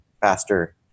faster